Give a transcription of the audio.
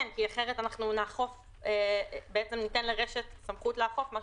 כן, אחרת ניתן לרש"ת סמכות לאכוף.